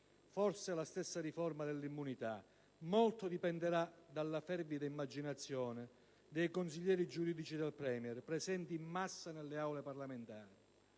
sarà anche la riforma dell'immunità, ma molto dipenderà dalla fervida immaginazione dei consiglieri giuridici del *Premier*, presenti in massa nelle aule parlamentari.